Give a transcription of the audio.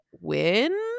win